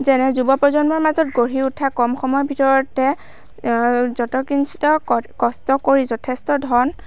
যেনে যুৱ প্ৰজন্মৰ মাজত গঢ়ি উঠা কম সময়ৰ ভিতৰতে য'ত কিঞ্চিত ক কষ্ট কৰি যথেষ্ট ধন